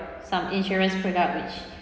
some insurance product which